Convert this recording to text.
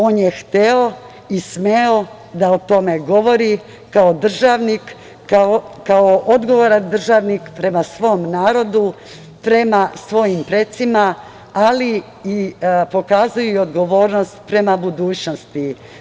On je hteo i smeo da o tome govori kao državnik, kao odgovoran državnik prema svom narodu, prema svojim precima, ali i pokazao je i odgovornost prema budućnosti.